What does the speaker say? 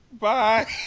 Bye